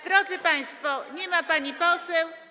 Drodzy państwo, nie ma pani poseł.